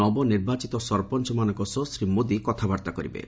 ନବନିର୍ବାଚିତ ସରପଞ୍ଚମାନଙ୍କ ସହ ଶ୍ରୀ ମୋଦି କଥାବାର୍ତ୍ତା କରିବେ